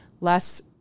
less